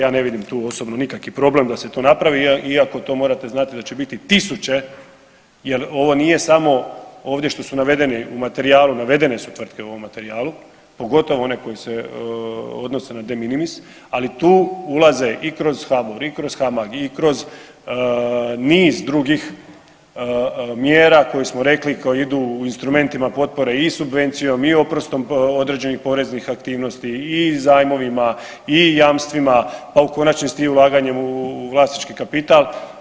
Ja ne vidim tu osobno nikaki problem da se to napravi iako to morate znati da će biti tisuće jel ovo nije samo ovdje što su navedeni u materijalu, navedene su tvrtke u ovom materijalu, pogotovo one koje se odnose na de minimis, ali tu ulaze i kroz HABOR i kroz HAMAG i kroz niz drugih mjera koje smo rekli koje idu u instrumentima potpore i subvencijom i oprostom određenih poreznih aktivnosti i zajmovima i jamstvima pa u konačnici i ulaganjem u vlasnički kapital.